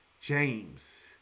James